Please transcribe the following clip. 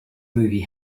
movie